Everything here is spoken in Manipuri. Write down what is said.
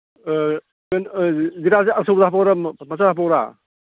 ꯑꯥ ꯑꯆꯧꯕꯗ ꯍꯥꯞꯄꯛꯎꯔꯥ ꯃꯆꯥ ꯍꯥꯞꯄꯛꯎꯔꯥ